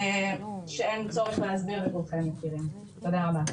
שאין צורך להסביר לכולכם, תודה רבה.